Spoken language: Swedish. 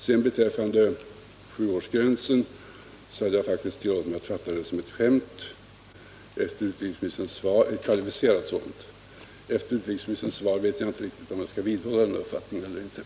Vad som sades om sjuårsgränsen hade jag faktiskt tillåtit mig att fatta som ett skämt, t.o.m. ett kvalificerat sådant. Efter utrikesministerns svar vet jag inte riktigt om jag skall vidhålla den uppfattningen.